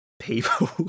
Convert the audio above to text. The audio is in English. people